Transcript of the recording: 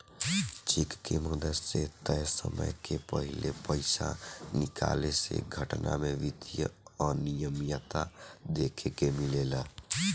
check के मदद से तय समय के पाहिले पइसा निकाले के घटना में वित्तीय अनिमियता देखे के मिलेला